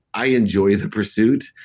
i enjoy the pursuit.